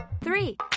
Three